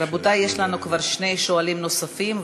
יש לנו כבר שני שואלים נוספים,